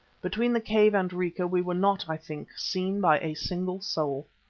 between the cave and rica we were not, i think, seen by a single soul.